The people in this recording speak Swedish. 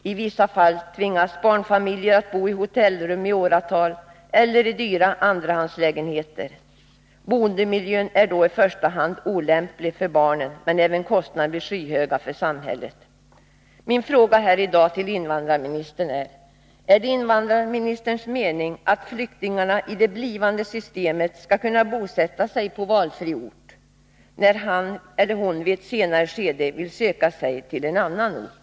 I vissa fall tvingas barnfamiljer att bo i hotellrum i åratal elleri dyra andrahandslägenheter. Boendemiljön är då i första hand olämplig för barnen, men därtill kommer att kostnaderna blir skyhöga för samhället. Min fråga i dag till invandrarministern blir: Är det invandrarministerns mening att flyktingarna i det blivande systemet skall kunna bosätta sig på valfri ort, när han eller hon i ett senare skede vill söka sig till en annan ort?